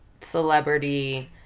celebrity